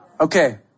Okay